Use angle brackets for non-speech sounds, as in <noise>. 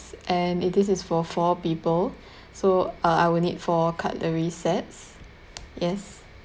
and this is for four people <breath> so uh I will need four cutlery sets yes